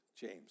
James